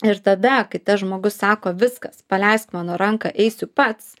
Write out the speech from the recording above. ir tada kai tas žmogus sako viskas paleisk mano ranką eisiu pats